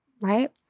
right